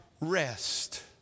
rest